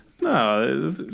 No